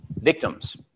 Victims